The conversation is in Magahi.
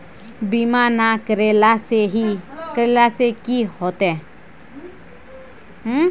बीमा ना करेला से की होते?